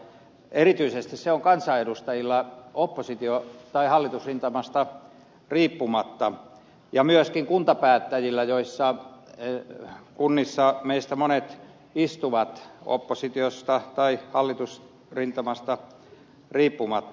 erityisesti se on kansanedustajilla oppositio tai hallitusrintamasta riippumatta ja myöskin kuntapäättäjillä ja kunnissa meistä monet istuvat oppositiosta tai hallitusrintamasta riippumatta